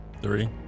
Three